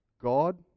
God